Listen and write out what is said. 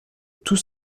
tout